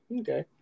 Okay